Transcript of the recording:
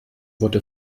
wurde